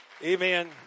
Amen